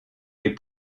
les